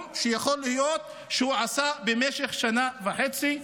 שיכול להיות שהוא עשה במשך שנה וחצי.